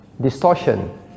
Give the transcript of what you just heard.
Distortion